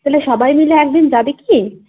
তাহলে সবাই মিলে একদিন যাবি কি